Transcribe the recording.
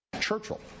Churchill